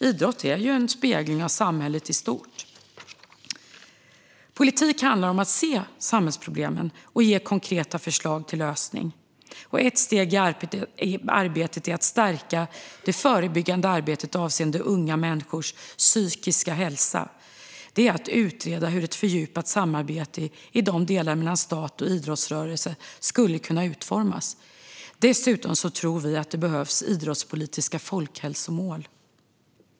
Idrott är ju en spegling av samhället i stort. Politik handlar om att se samhällsproblemen och ge konkreta förslag till lösning. Ett steg i att stärka det förebyggande arbetet avseende unga människors psykiska hälsa är att utreda hur ett fördjupat samarbete mellan stat och idrottsrörelse skulle kunna utformas. Dessutom tror vi att det behövs idrottspolitiska folkhälsomål.